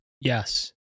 Yes